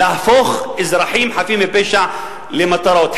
להפיכת אזרחים חפים מפשע למטרות,